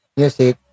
music